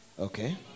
Okay